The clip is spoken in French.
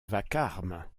vacarme